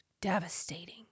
devastating